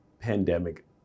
pandemic